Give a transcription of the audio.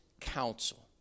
counsel